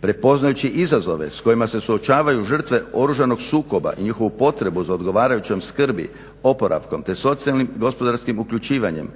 Prepoznajući izazove s kojima se suočavaju žrtve oružanog sukoba i njihovu potrebu za odgovarajućom skrbi, oporavkom te socijalnim i gospodarskim uključivanjem